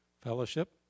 fellowship